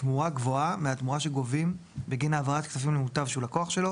תמורה גבוהה מהתמורה שגובים בגין העברת כספים למוטב שהוא לקוח שלו